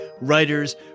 writers